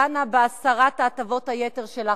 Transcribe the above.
דנה בהסרת הטבות היתר שלך,